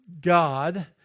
God